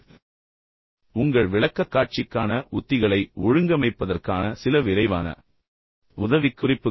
எனவே உங்கள் விளக்கக்காட்சிக்கான உத்திகளை ஒழுங்கமைப்பதற்கான சில விரைவான உதவிக்குறிப்புகள்